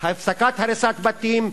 הפסקת הריסת בתים,